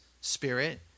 spirit